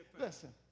listen